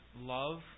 love